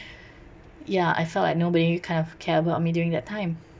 ya I felt like nobody kind of care about me during that time